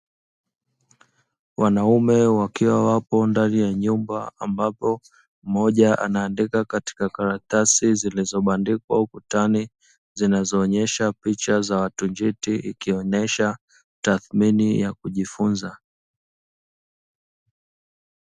Wanaume wakiwa wapo ndani ya nyumba ambapo mmoja ana andika katika karatasi zilizobandikwa ukutani, zinazoonyesha picha za watu njiti ikionyesha tathmini ya kujifunza.